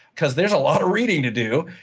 because there's a lot of reading to do.